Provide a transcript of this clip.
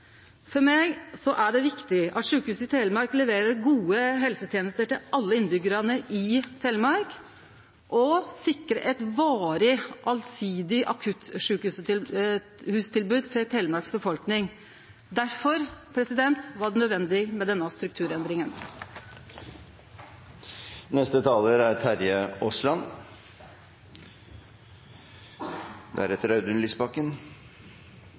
For meg er det viktig at sjukehuset i Telemark leverer gode helsetenester til alle innbyggjarane i Telemark, og sikrar eit varig, allsidig akuttsjukehustilbod for Telemarks befolkning. Difor var det nødvendig med denne strukturendringa. Det var representanten Lysbakken